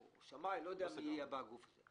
שמאי או מי שיהיה בגוף.